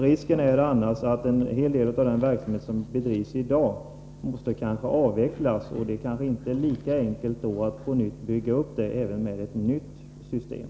Risken är annars att en del av den verksamhet som bedrivs i dag måste avvecklas — och det kanske inte är lika enkelt att sedan bygga upp den, ens med ett nytt system.